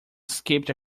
escaped